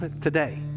Today